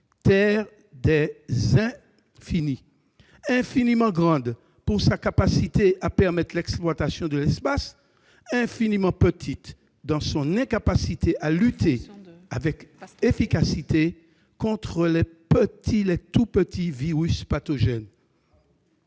terre des infinis : infiniment grande par sa capacité à permettre l'exploitation de l'espace, infiniment petite par son incapacité à lutter avec efficacité contre les petits virus pathogènes.